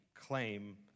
claim